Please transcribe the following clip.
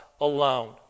alone